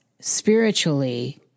spiritually—